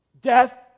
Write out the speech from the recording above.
Death